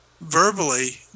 verbally